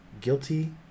guilty